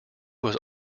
was